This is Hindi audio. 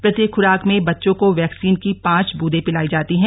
प्रत्येक खुराक में बच्चों को वैक्सीन की पांच बूंदे पिलाई जाती हैं